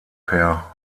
per